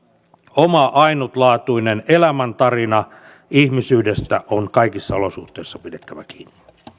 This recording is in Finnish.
oma ainutlaatuinen elämäntarina ihmisyydestä on kaikissa olosuhteissa pidettävä kiinni